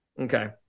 okay